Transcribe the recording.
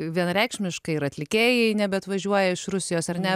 vienareikšmiškai ir atlikėjai nebeatvažiuoja iš rusijos ar ne